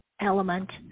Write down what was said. element